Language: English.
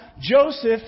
Joseph